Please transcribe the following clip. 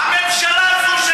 הממשלה הזאת,